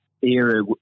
era